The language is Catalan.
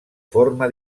forma